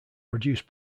produced